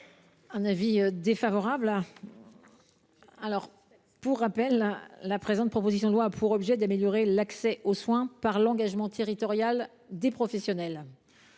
? Avis défavorable. Pour rappel, la présente proposition loi a pour objet d’améliorer l’accès aux soins par l’engagement territorial des professionnels.